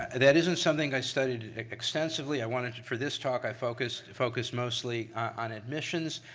that isn't something i studied extensively. i wanted for this talk i focused focused mostly on admissions.